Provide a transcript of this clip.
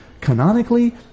canonically